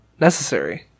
necessary